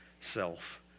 self